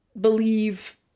believe